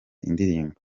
indirimbo